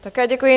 Také děkuji.